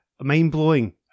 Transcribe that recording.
Mind-blowing